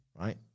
right